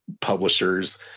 publishers